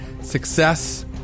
Success